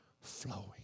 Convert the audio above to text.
flowing